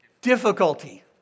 Difficulty